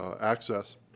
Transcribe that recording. access